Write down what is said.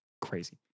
Crazy